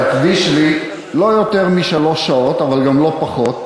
תקדיש לי לא יותר משלוש שעות, אבל גם לא פחות,